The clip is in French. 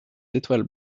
étoiles